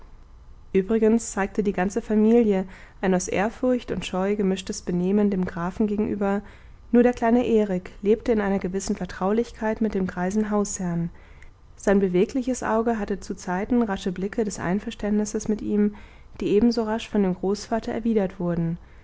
übrigens zeigte die ganze familie ein aus ehrfurcht und scheu gemischtes benehmen dem grafen gegenüber nur der kleine erik lebte in einer gewissen vertraulichkeit mit dem greisen hausherrn sein bewegliches auge hatte zuzeiten rasche blicke des einverständnisses mit ihm die ebensorasch von dem großvater erwidert wurden